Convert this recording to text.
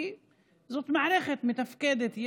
כי זאת מערכת מתפקדת.